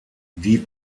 die